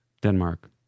Denmark